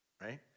right